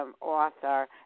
author